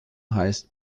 heißt